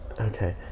Okay